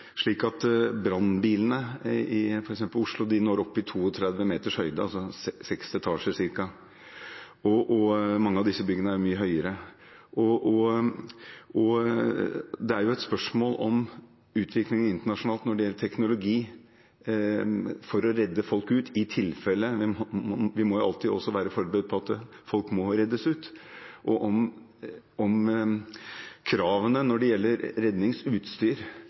Brannbilene i f.eks. Oslo når opp i 32 meters høyde, altså ca. seks etasjer, men mange av disse byggene er mye høyere. Dette er også et spørsmål om utviklingen av teknologi internasjonalt når det gjelder å redde folk ut – vi må jo alltid være forberedt på at folk må reddes ut – og om kravene når det gjelder redningsutstyr